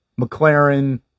McLaren